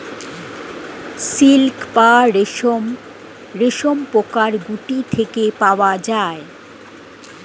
silk বা রেশম রেশমপোকার গুটি থেকে পাওয়া যায়